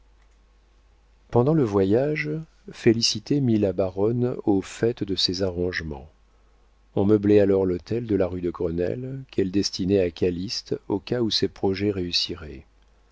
pendant le voyage félicité mit la baronne au fait de ces arrangements on meublait alors l'hôtel de la rue de grenelle qu'elle destinait à calyste au cas où ses projets réussiraient